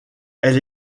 elle